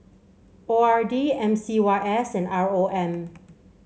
O R D M C Y S and R O M